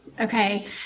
Okay